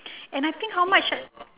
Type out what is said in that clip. and I think how much